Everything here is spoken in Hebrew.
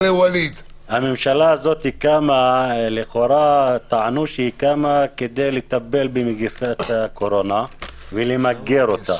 טענו שהממשלה הזאת קמה כדי לטפל בנגיף הקורונה ולמגר אותו.